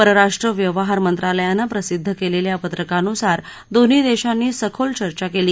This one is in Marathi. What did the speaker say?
परराष्ट्र व्यवहार मंत्रालयानं प्रसिद्ध् केलेल्या पत्रकानुसार दोन्ही देशांनी सखोल चर्चा केली